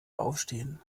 aufstehen